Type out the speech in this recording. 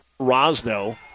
Rosno